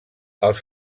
els